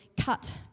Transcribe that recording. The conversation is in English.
cut